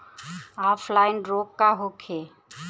Offline रोग का होखे?